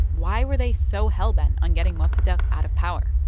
why were they so hell-bent on getting mossadegh out of power?